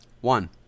One